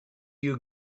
you